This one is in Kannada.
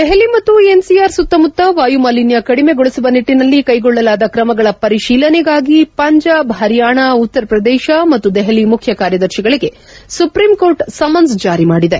ದೆಹಲಿ ಮತ್ತು ಎನ್ಸಿಆರ್ ಸುತ್ತಮುತ್ತ ವಾಯುಮಾಲಿನ್ಲ ಕಡಿಮೆಗೊಳಿಸುವ ನಿಟ್ಟನಲ್ಲಿ ಕೈಗೊಳ್ಳಲಾದ ಕ್ರಮಗಳ ಪರಿಶೀಲನೆಗಾಗಿ ಪಂಜಾಬ್ ಹರಿಯಾಣ ಉತ್ತರ ಪ್ರದೇಶ ಮತ್ತು ದೆಹಲಿ ಮುಖ್ಯ ಕಾರ್ಯದರ್ಶಿಗಳಿಗೆ ಸುಪ್ರೀಂ ಕೋರ್ಟ್ ಸಮನ್ನ್ ಜಾರಿ ಮಾಡಿದೆ